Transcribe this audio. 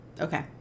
Okay